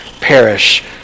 perish